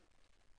תודה רבה.